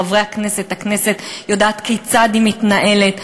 חברי הכנסת, הכנסת יודעת כיצד היא מתנהלת.